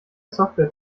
software